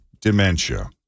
dementia